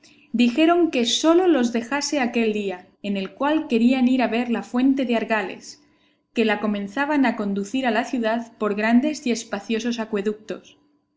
dijeron que sólo los dejase aquel día en el cual querían ir a ver la fuente de argales que la comenzaban a conducir a la ciudad por grandes y espaciosos acueductos